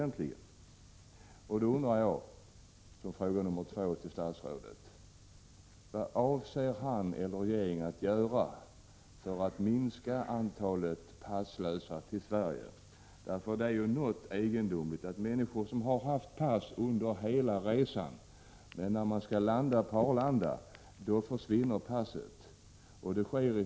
Min andra fråga till statsrådet blir därför: Vad avser statsrådet eller regeringen att göra för att minska antalet passlösa som kommer till Sverige? Det är mycket egendomligt att människor har haft pass under hela resan, men när de skall landa på Arlanda försvinner passet.